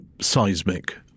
seismic